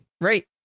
Right